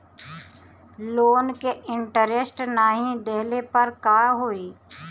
Loan के interest नाही देहले पर का होई?